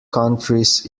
countries